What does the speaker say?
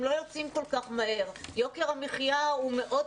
לא יוצאים כל כך מהר ויוקר המחיה עלה.